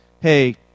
hey